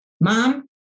mom